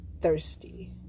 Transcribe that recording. thirsty